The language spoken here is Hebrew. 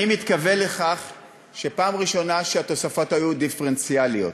אני מתכוון לכך שבפעם הראשונה התוספות היו דיפרנציאליות,